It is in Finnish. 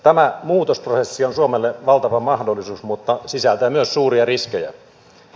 tämä muutosprosessi on suomelle valtava mahdollisuus mutta sisältää myös suuria riskejä